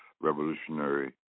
revolutionary